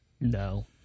No